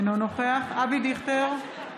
אינו נוכח אבי דיכטר,